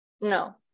No